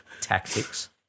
tactics